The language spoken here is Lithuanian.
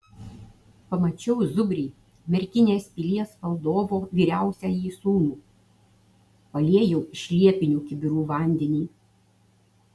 pamačiau zubrį merkinės pilies valdovo vyriausiąjį sūnų paliejau iš liepinių kibirų vandenį